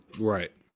Right